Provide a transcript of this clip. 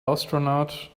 astronaut